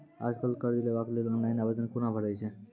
आज कल कर्ज लेवाक लेल ऑनलाइन आवेदन कूना भरै छै?